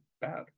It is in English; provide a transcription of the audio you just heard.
bad